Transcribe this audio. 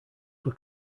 were